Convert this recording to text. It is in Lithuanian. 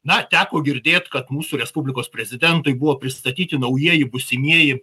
na teko girdėt kad mūsų respublikos prezidentui buvo pristatyti naujieji būsimieji